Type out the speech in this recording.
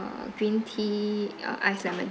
green tea uh iced lemon